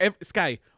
Sky